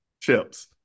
Chips